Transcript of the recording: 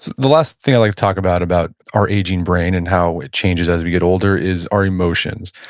the last thing i'd like to talk about, about our aging brain and how it changes as we get older, is our emotions.